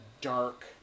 dark